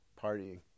partying